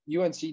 UNC